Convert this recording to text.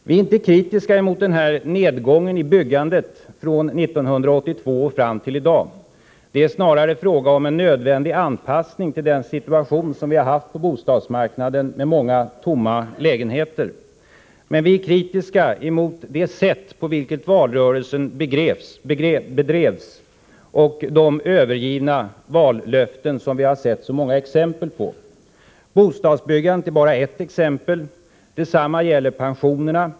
Vi är inte kritiska mot nedgången i byggandet från 1982 och fram till i dag. Det är snarare en nödvändig anpassning till den situation som vi har haft på bostadsmarknaden med många tomma lägenheter. Men vi är kritiska mot det sätt på vilket valrörelsen bedrevs och de övergivna vallöften som vi har sett så många exempel på. Bostadsbyggandet är bara ett exempel. Detsamma gäller pensionerna.